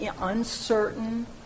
uncertain –